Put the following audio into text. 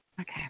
Okay